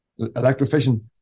Electrofishing